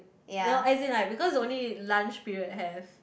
no as in like because only lunch period has